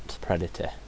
Predator